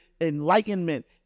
enlightenment